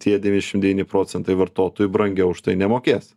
tie devyniasdešim devyni procentai vartotojų brangiau už tai nemokės